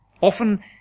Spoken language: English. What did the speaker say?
Often